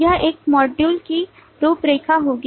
यह इस मॉड्यूल की रूपरेखा होगी